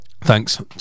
Thanks